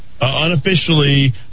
Unofficially